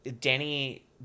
Danny